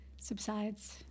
subsides